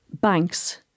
banks